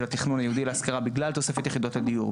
התכנון הייעודי להשכרה בגלל תוספת יחידות הדיור,